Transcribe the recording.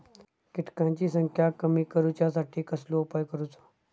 किटकांची संख्या कमी करुच्यासाठी कसलो उपाय करूचो?